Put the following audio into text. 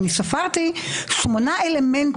אני ספרתי שמונה אלמנטים.